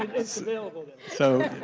it's available then. so